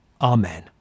Amen